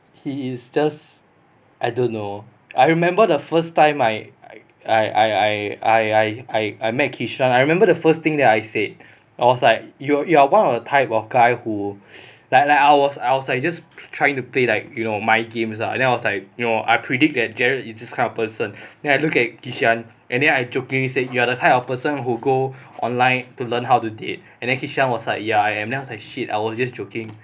he is just I don't know I remember the first time I I I I I I I met kishan I remember the first thing that I said I was like you're you're one of the type of guy who like like I was I was like just trying to play like you know mind games lah then I was like know I predict that gerrard is this kind of person then I look at kishan and then I jokingly said you are the type of person who go online to learn how to date and kishan was like ya I am I was like shit I was just joking